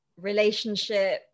relationship